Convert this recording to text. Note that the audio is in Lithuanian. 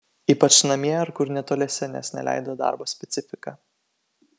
ypač namie ar kur netoliese nes neleido darbo specifika